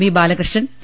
V Balakrishnan P